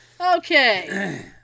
Okay